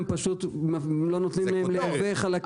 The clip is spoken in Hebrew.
הם פשוט לא נותנים לייבא חלקים שהם מותרים.